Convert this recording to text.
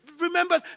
Remember